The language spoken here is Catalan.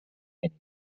clínic